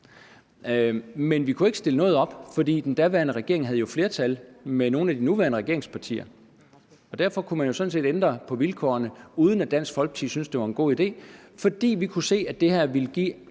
Men vi kunne ikke stille noget op, for den daværende regering havde jo et flertal sammen med nogle af de nuværende regeringspartier. Derfor kunne man sådan set ændre på vilkårene, selv om Dansk Folkeparti ikke syntes, at det var en god idé. Vi kunne se, at det her ville kunne